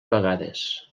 vegades